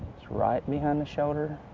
it's right behind the shoulder,